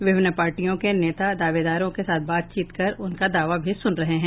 विभिन्न पार्टियों के नेता दावेदारों के साथ बातचीत कर उनका दावा भी सुन रहे हैं